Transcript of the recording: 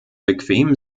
bequem